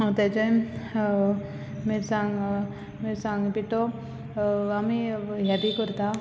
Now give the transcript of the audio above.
हांव तेजें मिरसांग मिरसांगे पिठो आमी हें बी करता